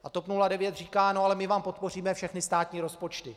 A TOP 09 říká: No ale my vám podpoříme všechny státní rozpočty.